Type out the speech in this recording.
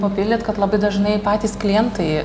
papildyt kad labai dažnai patys klientai